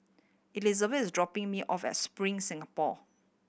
Elisabeth is dropping me off at Spring Singapore